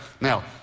Now